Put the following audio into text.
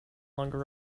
longer